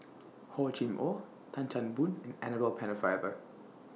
Hor Chim Or Tan Chan Boon and Annabel Pennefather